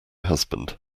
husband